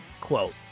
quote